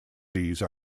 these